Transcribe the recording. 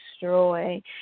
destroy